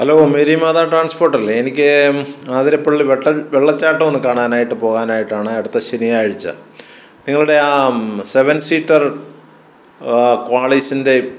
hello Mary Matha ട്രാൻസ്പോർട്ടല്ലേ എനിക്ക് അതിരപ്പള്ളി വെട്ടം വെള്ളച്ചാട്ടം ഒന്ന് കാണാനായിട്ട് പോകാനായിട്ടാണ് അടുത്ത ശനിയാഴ്ച നിങ്ങളുടെ ആ സെവൻ സീറ്റർ ക്വാളിസിൻറ്റെയും